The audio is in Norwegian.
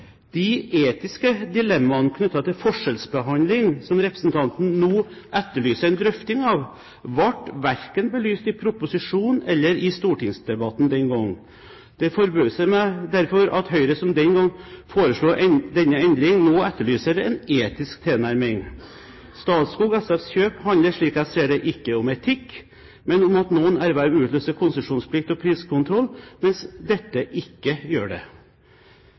De etiske dilemmaene knyttet til forskjellsbehandling som representanten nå etterlyser en drøfting av, ble verken belyst i proposisjonen eller i stortingsdebatten den gangen. Det forbauser meg derfor at Høyre, som den gang foreslo endring, nå etterlyser en etisk tilnærming. Statskog SFs kjøp handler, slik jeg ser det, ikke om etikk, men om at noen erverv utløser konsesjonsplikt og priskontroll, mens dette ikke gjør det. Begrunnelsen for lovendringen i 2003 var at det